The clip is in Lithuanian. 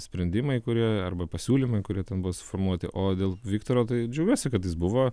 sprendimai kurie arba pasiūlymai kurie ten bus formuoti o dėl viktoro tai džiaugiuosi kad jis buvo